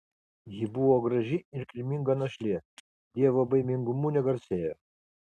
ji buvo graži ir kilminga našlė dievobaimingumu negarsėjo